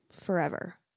Forever